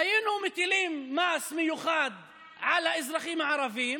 היינו מטילים מס מיוחד על האזרחים הערבים